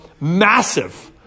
massive